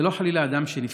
זה לא, חלילה, אדם שנפטר,